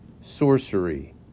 sorcery